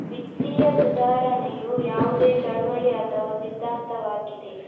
ವಿತ್ತೀಯ ಸುಧಾರಣೆಯು ಯಾವುದೇ ಚಳುವಳಿ ಅಥವಾ ಸಿದ್ಧಾಂತವಾಗಿದೆ